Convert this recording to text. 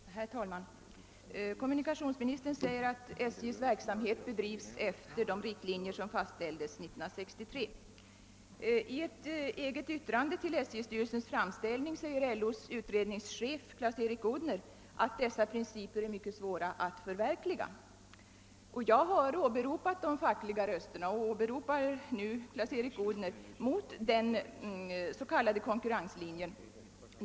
Herr talman! Kommunikationsministern framhåller att SJ:s verksamhet bedrivs efter de riktlinjer som fastställdes 1963. I ett eget yttrande till SJ:s styrelses framställning säger LO:s utredningschef Clas-Erik Odhner att dessa principer är mycket svåra att förverkliga. Jag har tidigare åberopat röster från den fackliga sidan och jag åberopar nu Clas-Erik Odhner när det gäller den s.k. konkurrenslinjen.